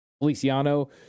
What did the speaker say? Feliciano